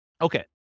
okay